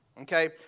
Okay